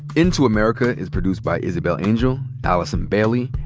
into america is produced by isabel angel, allison bailey,